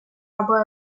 або